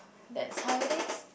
that's how it is